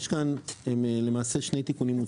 יש כאן למעשה שני תיקונים.